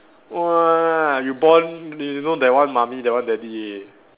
!wah! you born you know that one mummy that one daddy already